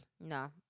No